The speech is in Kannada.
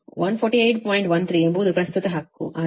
ಆದ್ದರಿಂದ IC IC 148